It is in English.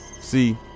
See